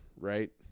Right